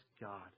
God